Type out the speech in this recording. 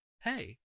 hey